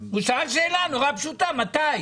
הוא שאל שאלה נורא פשוטה: מתי?